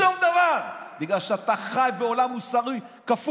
שום דבר, בגלל שאתה חי בעולם של מוסר כפול.